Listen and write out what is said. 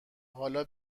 حالا